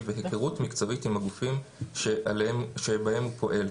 והיכרות מקצועית עם הגופים שבהם הוא פועל.